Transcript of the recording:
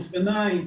אופניים,